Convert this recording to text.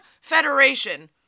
federation